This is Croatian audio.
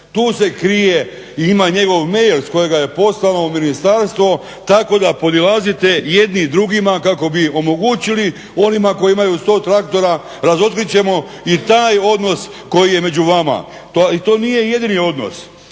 tu se krije i ima njegov mail s kojeg je poslao u ministarstvo, tako da podilazite jedni i drugima kako bi omogućili onima koji imaju 100 traktora, razotkrit ćemo i taj odnos koji je među vama. I to nije jedini odnos,